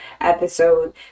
episode